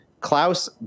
Klaus